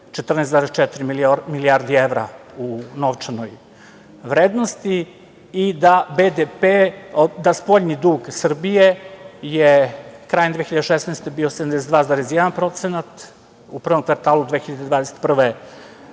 14,4 milijardi evra u novčanoj vrednosti i da spoljni dug Srbije je krajem 2016. godine bio 72,1%, u prvom kvartalu 2021.